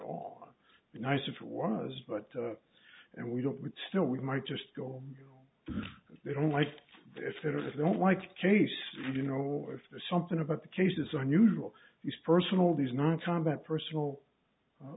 all nice if it was but and we don't we still we might just go home they don't like if it is they don't like case you know if there's something about the case is unusual these personal these non combat personal